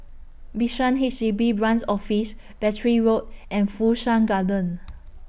Bishan H D B Branch Office Battery Road and Fu Shan Garden